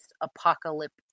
apocalypse